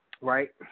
Right